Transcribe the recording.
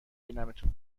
بینمتون